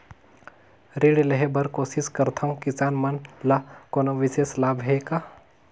ऋण लेहे बर कोशिश करथवं, किसान मन ल कोनो विशेष लाभ हे का?